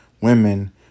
women